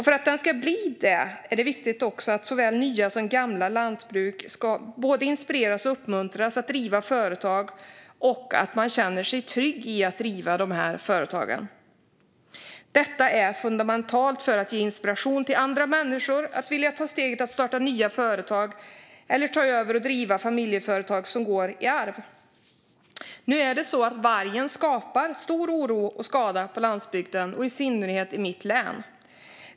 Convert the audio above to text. För att den ska bli det är det viktigt att såväl nya som gamla lantbruk både inspireras och uppmuntras att driva företag och att man känner sig trygg i att driva dessa företag. Detta är fundamentalt för att ge andra människor inspiration att ta steget att starta nya företag eller ta över och driva familjeföretag som går i arv. Nu är det så att vargen skapar stor oro och skada på landsbygden, i synnerhet i mitt län.